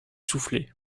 souffler